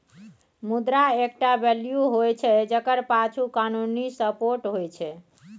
मुद्रा एकटा वैल्यू होइ छै जकर पाछु कानुनी सपोर्ट होइ छै